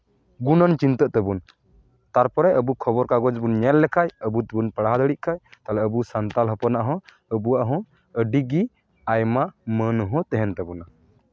ᱜᱩᱱᱟᱹᱱ ᱪᱤᱱᱛᱟᱹᱜ ᱛᱟᱵᱚᱱ ᱛᱟᱨᱯᱚᱨᱮ ᱟᱵᱚ ᱠᱷᱚᱵᱚᱨ ᱠᱟᱜᱚᱡᱽ ᱵᱚᱱ ᱧᱮᱞ ᱞᱮᱠᱷᱟᱡ ᱟᱹᱵᱩ ᱛᱮᱵᱚᱱ ᱯᱟᱲᱦᱟᱣ ᱫᱟᱲᱮᱜ ᱠᱷᱟᱡ ᱛᱟᱦᱚᱞᱮ ᱟᱵᱚ ᱥᱟᱱᱛᱟᱲ ᱦᱚᱯᱚᱱᱟᱜ ᱦᱚᱸ ᱟᱵᱚᱣᱟᱜ ᱦᱚᱸ ᱟᱹᱰᱤᱜᱮ ᱟᱭᱢᱟ ᱢᱟᱹᱱ ᱦᱚᱸ ᱛᱟᱦᱮᱱ ᱛᱟᱵᱚᱱᱟ